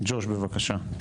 ג'וש, בבקשה.